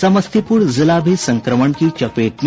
समस्तीपुर जिला भी संक्रमण की चपेट में